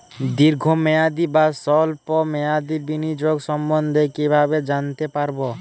দীর্ঘ মেয়াদি বা স্বল্প মেয়াদি বিনিয়োগ সম্বন্ধে কীভাবে জানতে পারবো?